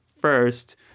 first